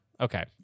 Okay